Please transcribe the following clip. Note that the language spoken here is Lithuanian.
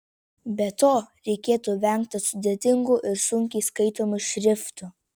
be to reikėtų vengti sudėtingų ir sunkiai skaitomų šriftų